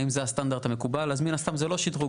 אם זה הסטנדרט המקובל אז מן הסתם זה לא שדרוג.